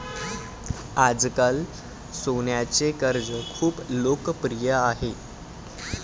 आजकाल सोन्याचे कर्ज खूप लोकप्रिय आहे